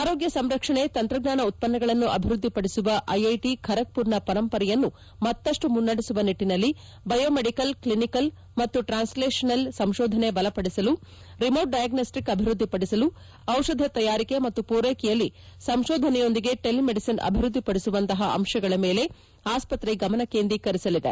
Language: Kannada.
ಆರೋಗ್ಯ ಸಂರಕ್ಷಣೆ ತಂತ್ರಜ್ಞಾನ ಉತ್ಪನ್ನಗಳನ್ನು ಅಭಿವೃದ್ದಿ ಪಡಿಸುವ ಐಐಟಿ ಖರಗ್ಪುರ್ನ ಪರಂಪರೆಯನ್ನು ಮತ್ತಷ್ಟು ಮುನ್ನಡೆಸುವ ನಿಟ್ಟಿನಲ್ಲಿ ಬಯೋಮೆಡಿಕಲ್ ಕ್ಲಿನಿಕಲ್ ಮತ್ತು ಟ್ರಾನ್ಲೇಷನಲ್ ಸಂತೋಧನೆ ಬಲಪಡಿಸಲು ರಿಮೋಟ್ ಡಯಾಗ್ನೋಸ್ಸಿಕ್ಸ್ ಅಭಿವೃದ್ದಿ ಪಡಿಸಲು ಡಿಷಧ ತಯಾರಿಕೆ ಮತ್ತು ಪೂರೈಕೆಯಲ್ಲಿ ಸಂಶೋಧನೆಯೊಂದಿಗೆ ಟೆಲಿ ಮೆಡಿಸಿನ್ ಅಭಿವ್ಯದ್ವಿಪಡಿಸುವಂತಹ ಅಂತಗಳ ಮೇಲೆ ಆಸ್ಪತ್ರೆ ಗಮನ ಕೇಂದ್ರೀಕರಿಸಲಿದೆ